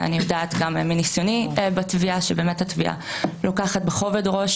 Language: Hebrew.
אני יודעת גם מניסיוני בתביעה שבאמת התביעה לוקחת בכובד ראש